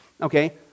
okay